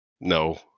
No